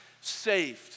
saved